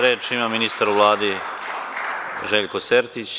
Reč ima ministar u Vladi, Željko Sertić.